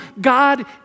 God